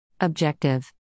Objective